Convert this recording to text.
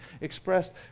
expressed